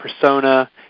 persona